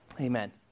Amen